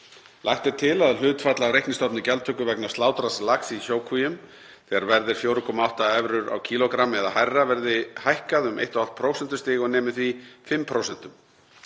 Lagt er til að hlutfall af reiknistofni gjaldtöku vegna slátraðs lax í sjókvíum, þegar verð er 4,8 evrur á kílógramm eða hærra verði hækkað um 1,5 prósentustig og nemi því 5%.